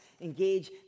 engage